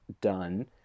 done